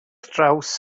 draws